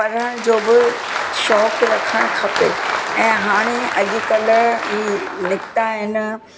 पढ़ण जो बि शौक़ु रखणु खपे ऐं हाणे अॼुकल्ह ई निकिता आहिनि